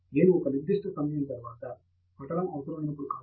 నేను ఒక నిర్దిష్ట సమయం తర్వాత పఠనం అవసరమైనప్పుడు కాకుండా అది సమాంతర చర్యగా జరగాలి